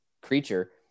creature